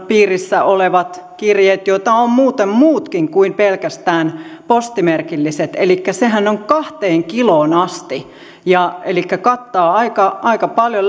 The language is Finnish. piirissä olevat kirjeet joita ovat muuten muutkin kuin pelkästään postimerkilliset sehän on kahteen kiloon asti elikkä kattavat aika paljon